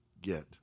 Get